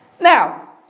Now